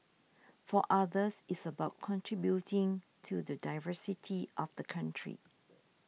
for others it's about contributing to the diversity of the country